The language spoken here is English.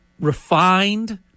refined